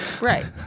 Right